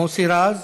מוסי רז,